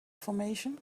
formation